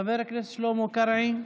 חבר הכנסת שלמה קרעי,